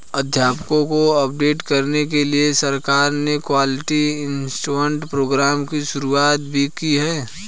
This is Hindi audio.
अध्यापकों को अपडेट करने के लिए सरकार ने क्वालिटी इम्प्रूव्मन्ट प्रोग्राम की शुरुआत भी की है